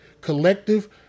collective